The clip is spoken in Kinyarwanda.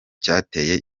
cyateye